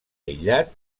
aïllat